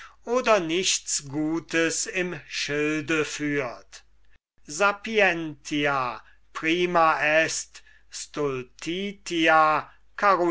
oder nichts gutes im schilde führt sapientia prima